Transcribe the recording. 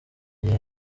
gihe